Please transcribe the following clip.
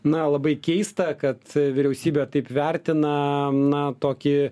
na labai keista kad vyriausybė taip vertina na tokį